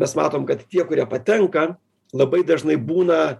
mes matom kad tie kurie patenka labai dažnai būna